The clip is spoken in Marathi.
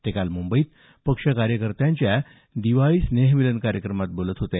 ते काल मुंबईत पक्ष कार्यकर्त्यांच्या दिवाळी स्नेहमिलन कार्यक्रमात बोलत होते